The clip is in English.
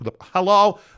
Hello